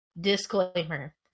disclaimer